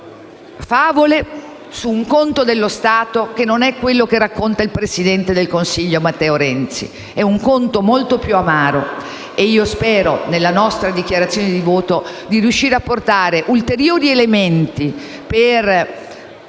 favole su conti dello Stato che non sono quelli che racconta il presidente del consiglio Matteo Renzi; sono conti molto più amari, e spero nella nostra dichiarazione di voto di riuscire a portare ulteriori elementi per